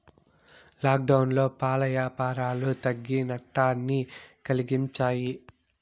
లాక్డౌన్లో పాల యాపారాలు తగ్గి నట్టాన్ని కలిగించాయి